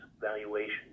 valuation